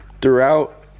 throughout